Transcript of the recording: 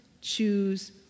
choose